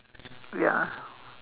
ya